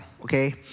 okay